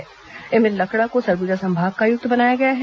Emil Lakra को सरगुजा संभाग का आयुक्त बनाया गया है